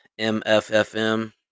MFFM